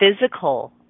physical